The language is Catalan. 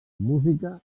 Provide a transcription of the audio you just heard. música